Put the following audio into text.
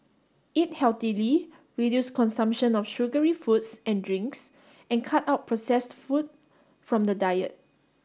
eat healthily reduce consumption of sugary foods and drinks and cut out processed food from the diet